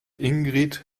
ingrid